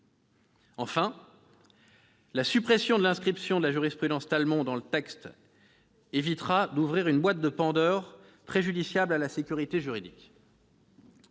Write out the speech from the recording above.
Enfin, la suppression de l'inscription de la jurisprudence dans le texte évitera d'ouvrir une boîte de Pandore au préjudice de la sécurité juridique.